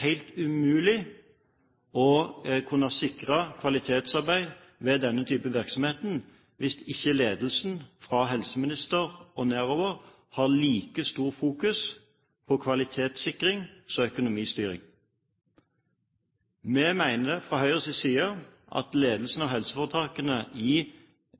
helt umulig å kunne sikre kvalitetsarbeid ved denne type virksomheter hvis ikke ledelsen, fra helseministeren og nedover, har like stort fokus på kvalitetssikring som på økonomistyring. Vi mener fra Høyres side at ledelsen av helseforetakene